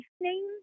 name